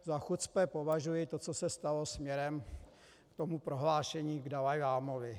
Za chucpe považuji to, co se stalo směrem k tomu prohlášení k dalajlámovi.